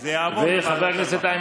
זה יעבור לוועדת העבודה.